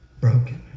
broken